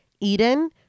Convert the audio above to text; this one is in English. Eden